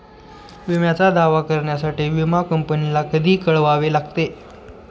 विम्याचा दावा करण्यासाठी विमा कंपनीला कधी कळवावे लागते?